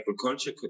agriculture